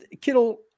Kittle